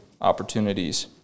opportunities